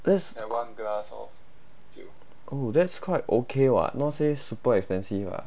that's that's quite okay [what] not say super expensive [what]